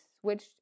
switched